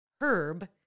Herb